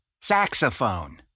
Saxophone